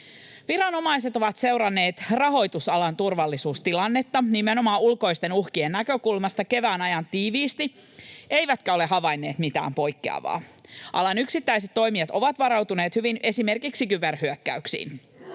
Viranomaiset ovat seuranneet rahoitusalan turvallisuustilannetta nimenomaan ulkoisten uhkien näkökulmasta kevään ajan tiiviisti eivätkä ole havainneet mitään poikkeavaa. Alan yksittäiset toimijat ovat varautuneet hyvin esimerkiksi kyberhyökkäyksiin.